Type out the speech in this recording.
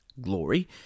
glory